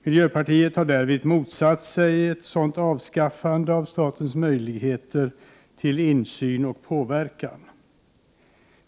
Miljöpartiet har motsatt sig ett sådant avskaffande av statens möjligheter till insyn och påverkan.